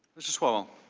mr. small